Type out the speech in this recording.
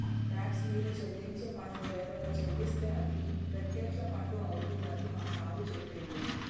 talks మీరు చెల్లించే పన్ను వేరొక చెల్లిస్తే అది ప్రత్యక్ష పన్ను అవుతుందని మా సారు చెప్పిండు